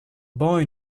boy